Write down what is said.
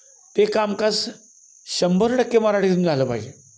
ते कामकाज शंभर टक्के मराठीतून झालं पाहिजे